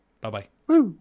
Bye-bye